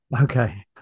okay